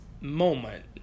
moment